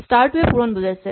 star টোৱে পূৰণ বুজাইছে